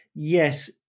Yes